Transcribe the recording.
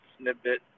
snippet